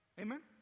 Amen